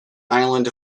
island